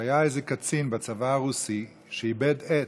היה איזה קצין בצבא הרוסי שאיבד עט.